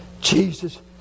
Jesus